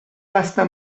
gasta